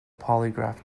polygraph